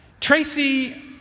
Tracy